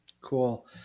Cool